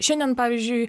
šiandien pavyzdžiui